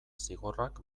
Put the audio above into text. zigorrak